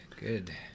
good